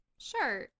sure